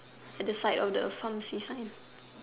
at the side of the sign